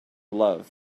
love